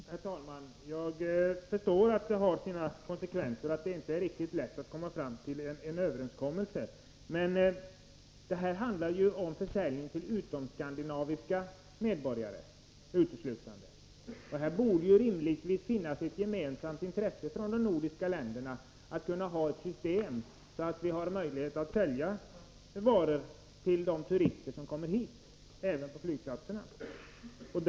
Herr talman! Jag förstår att man måste ta hänsyn till även andra konsekvenser och att det inte är så lätt att komma fram till en överenskommelse. Men här handlar det ju om försäljning uteslutande till utomskandinaviska medborgare. Det borde rimligtvis vara ett gemensamt intresse för de nordiska länderna att ha ett system som gör det möjligt att sälja varor även på flygplatserna till de turister som besöker Skandinavien.